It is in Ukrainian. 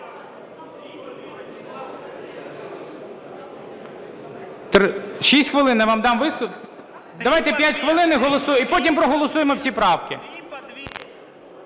Дякую.